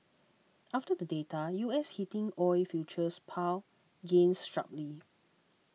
after the data U S heating oil futures pared gains sharply